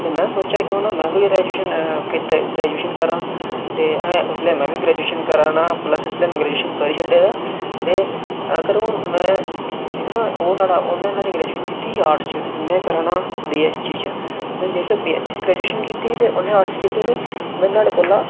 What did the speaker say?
ते में साचेआ क्यों नां में बी ग्रैजुएशन कीता ग्रैजुएशन करां ते उसलै में बी ग्रैजुएशन करां नां प्लस इसलै में ग्रैजुएशन करी छोड़े दा ते अगर हून में दिक्खना ओह् नुआढ़ा उ'न्नै ग्रैजुएशन कीती ही आर्टस च ते में करै ना बी ऐस्स सी च ते जेकर बी ऐस्सी सी च ग्रैजुएशन कीती ते उ'नें आर्टस च कीती ते नुआढ़े कोला